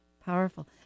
powerful